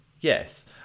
Yes